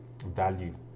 value